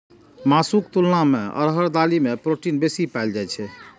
मासुक तुलना मे अरहर दालि मे प्रोटीन बेसी पाएल जाइ छै